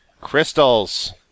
Crystals